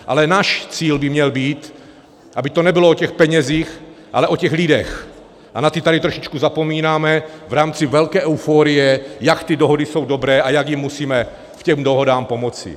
Ale náš cíl by měl být, aby to nebylo o těch penězích, ale o těch lidech, a na ty tady trošičku zapomínáme v rámci velké euforie, jak ty dohody jsou dobré a jak jim musíme k těm dohodám pomoci.